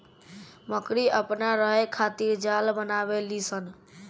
मकड़ी अपना रहे खातिर जाल बनावे ली स